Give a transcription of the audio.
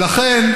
ולכן,